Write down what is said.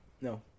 No